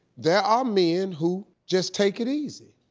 there are men who just take it easy.